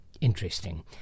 interesting